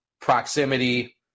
proximity